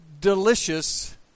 delicious